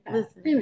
Listen